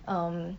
um